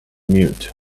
mute